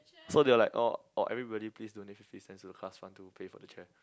so they were like oh or everybody please donate fifty cents to the class fund to pay for the chair